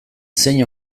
zein